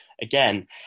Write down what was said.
again